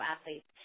athletes